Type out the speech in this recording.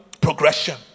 progression